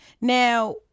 Now